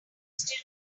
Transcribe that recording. still